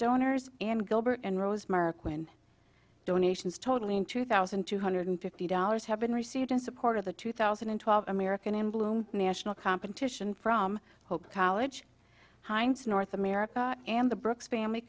donors and gilbert and rose mark when donations totally in two thousand two hundred fifty dollars have been received in support of the two thousand and twelve american and bloom national competition from hope college hinds north america and the brooks family